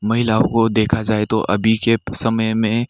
महिलाओं को देखा जाए तो अभी के समय में